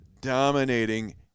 dominating